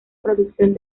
producción